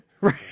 Right